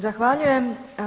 Zahvaljujem.